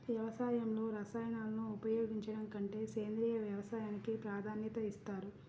వ్యవసాయంలో రసాయనాలను ఉపయోగించడం కంటే సేంద్రియ వ్యవసాయానికి ప్రాధాన్యత ఇస్తారు